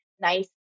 nice